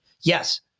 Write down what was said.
Yes